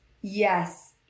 Yes